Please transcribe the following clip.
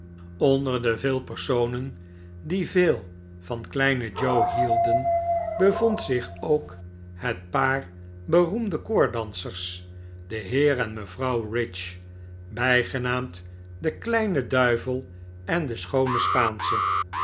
onder de veel personen die veel van kleinen joe hielden bevond zich ook het paar beroemde koorddansers de heer en mevrouw ridge bijgenaamd de kleine duivel en de schoone spaansche